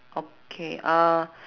okay uh